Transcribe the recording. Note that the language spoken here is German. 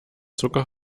zucker